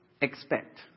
expect